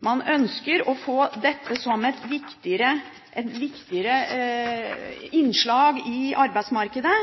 Man ønsker å få dette som et viktigere innslag i arbeidsmarkedet.